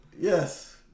Yes